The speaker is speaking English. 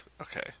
Okay